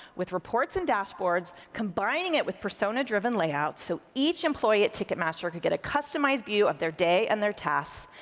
with reports and dashboards, combining it with persona driven layouts, so each employee at ticketmaster could get a customized view of their day and their tasks,